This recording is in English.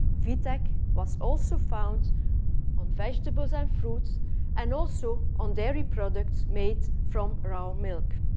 vtec was also found on vegetables and fruit and also on dairy products made from raw milk.